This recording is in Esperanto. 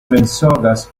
mensogas